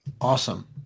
Awesome